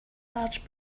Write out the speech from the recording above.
large